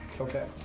Okay